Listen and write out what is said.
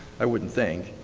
i wouldn't think.